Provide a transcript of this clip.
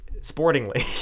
sportingly